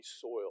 soil